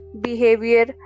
behavior